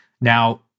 Now